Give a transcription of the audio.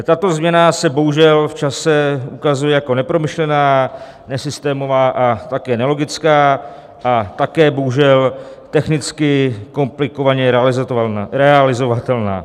Tato změna se bohužel v čase ukazuje jako nepromyšlená, nesystémová a také nelogická a bohužel technicky komplikovaně realizovatelná.